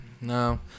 no